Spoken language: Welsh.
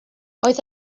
oedd